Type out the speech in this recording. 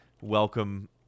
welcome